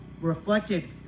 reflected